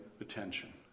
attention